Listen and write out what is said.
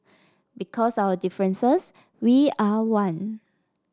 because of our differences we are one